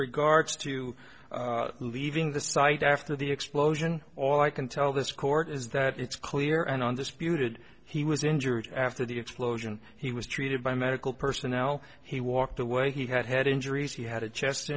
regards to leaving the site after the explosion all i can tell this court is that it's clear and on this beautiful he was injured after the explosion he was treated by medical personnel he walked away he had head injuries he had a chest